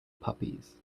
puppies